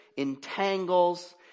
entangles